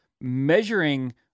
measuring